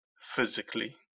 physically